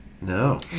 No